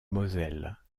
moselle